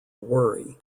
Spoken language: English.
worry